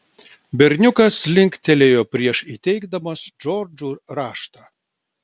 berniukas linktelėjo prieš įteikdamas džordžui raštą